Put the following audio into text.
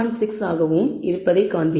6 ஆகவும் இருப்பதைக் காண்பீர்கள்